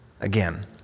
again